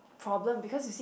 problem because you see